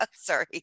sorry